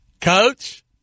coach